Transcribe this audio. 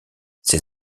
ses